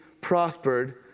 prospered